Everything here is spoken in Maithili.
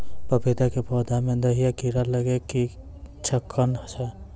पपीता के पौधा मे दहिया कीड़ा लागे के की लक्छण छै?